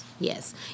Yes